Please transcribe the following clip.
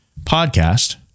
podcast